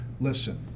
listen